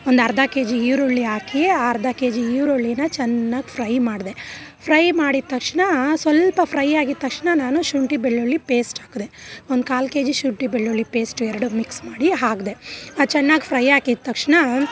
ಒಂದರ್ಧ KG ಈರುಳ್ಳಿ ಹಾಕಿ ಅರ್ಧ ಕೆಜಿ ಈರುಳ್ಳಿನ ಚೆನ್ನಾಗ್ ಫ್ರೈ ಮಾಡಿದೆ ಫ್ರೈ ಮಾಡಿದ ತಕ್ಷಣ ಸ್ವಲ್ಪ ಫ್ರೈ ಆಗಿದ ತಕ್ಷಣ ನಾನು ಶುಂಠಿ ಬೆಳ್ಳುಳ್ಳಿ ಪೇಸ್ಟ್ ಹಾಕಿದೆ ಒಂದು ಕಾಲು ಕೆಜಿ ಶುಂಠಿ ಬೆಳ್ಳುಳ್ಳಿ ಪೇಸ್ಟ್ ಎರಡು ಮಿಕ್ಸ್ ಮಾಡಿ ಹಾಕಿದೆ ಅದು ಚೆನ್ನಾಗ್ ಫ್ರೈ ಆಗಿದ ತಕ್ಷಣ